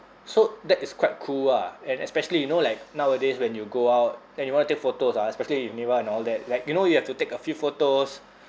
so that is quite cool ah and especially you know like nowadays when you go out then you want to take photos ah especially with nirwan and all that like you know you have to take a few photos